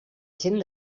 gent